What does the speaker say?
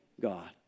God